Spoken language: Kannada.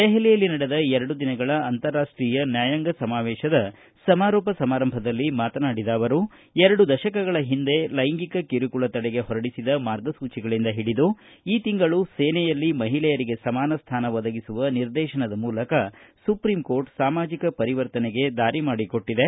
ದೆಹಲಿಯಲ್ಲಿ ನಡೆದ ಎರಡು ದಿನಗಳ ಅಂತಾರಾಷ್ಷೀಯ ನ್ಯಾಯಾಂಗ ಸಮಾವೇಶದ ಸಮಾರೋಪ ಸಮಾರಂಭದಲ್ಲಿ ಮಾತನಾಡಿದ ಅವರು ಎರಡು ದಶಕಗಳ ಹಿಂದೆ ಲೈಂಗಿಕ ಕಿರುಕುಳ ತಡೆಗೆ ಹೊರಡಿಸಿದ ಮಾರ್ಗಸೂಚಿಗಳಿಂದ ಹಿಡಿದು ಈ ತಿಂಗಳು ಸೇನೆಯಲ್ಲಿ ಮಹಿಳೆಯರಿಗೆ ಸಮಾನ ಸ್ಥಾನ ಒದಗಿಸುವ ನಿರ್ದೇಶನಗಳ ಮೂಲಕ ಸುಪ್ರೀಂಕೋರ್ಟ್ ಸಾಮಾಜಿಕ ಪರಿವರ್ತನೆಗೆ ದಾರಿ ಮಾಡಿಕೊಟ್ಟದೆ